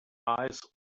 eyes